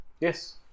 Yes